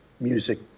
music